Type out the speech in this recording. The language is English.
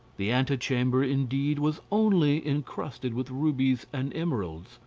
the antechamber, indeed, was only encrusted with rubies and emeralds,